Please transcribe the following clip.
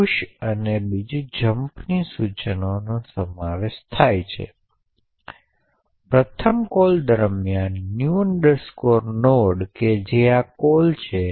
આ કોડમાં આપણે થ્રેશોલ્ડ ને 1750 ની વેલ્યુ સાથે વ્યાખ્યાયિત કર્યા છે